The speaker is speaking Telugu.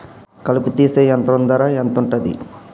కలుపు తీసే యంత్రం ధర ఎంతుటది?